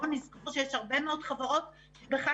אני בטוח שהוא יביא הרבה מס דרך שינוי התנהגות של הנישומים.